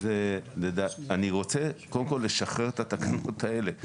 אני רוצה קודם כל לשחרר את התקנות האלה,